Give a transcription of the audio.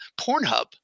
Pornhub